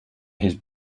his